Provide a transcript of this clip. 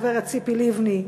הגברת ציפי לבני,